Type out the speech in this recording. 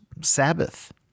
Sabbath